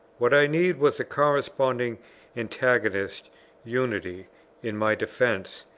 what i needed was a corresponding antagonist unity in my defence,